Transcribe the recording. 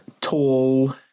tall